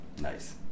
Nice